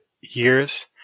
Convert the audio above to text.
years